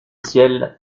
ciel